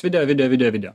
video video video video